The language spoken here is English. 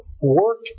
work